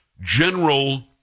general